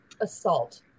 assault